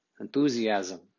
enthusiasm